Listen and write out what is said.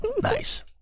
Nice